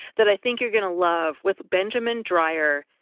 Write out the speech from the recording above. that i think you're going to love with benjamin dreyer,